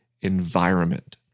environment